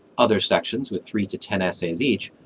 other sections, with three to ten essays each,